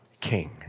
king